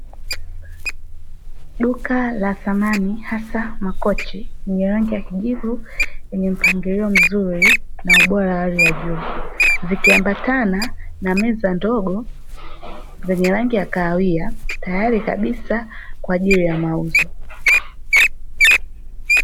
Duka la samani hasa makochi; yenye rangi ya kijivu yenye mpangilio mzuri na ubora wa hali ya juu, vikiambatana na meza ndogo zenye rangi ya kahawia, tayari kabisa kwa ajili ya mauzo.